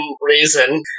reason